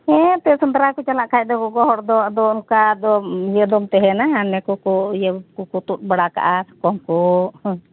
ᱦᱮᱸ ᱮᱛᱮᱜ ᱥᱮᱸᱫᱽᱨᱟᱠᱚ ᱪᱟᱞᱟᱜ ᱠᱷᱟᱱ ᱫᱚ ᱜᱚᱜᱚ ᱦᱚᱲᱫᱚ ᱟᱫᱚ ᱚᱠᱟᱫᱚ ᱤᱭᱟᱹ ᱫᱚᱢ ᱛᱟᱦᱮᱱᱟ ᱤᱭᱟᱹ ᱠᱚᱠᱚ ᱛᱩᱫ ᱵᱟᱲᱟ ᱠᱟᱜᱼᱟ ᱥᱟᱠᱚᱢ ᱠᱚ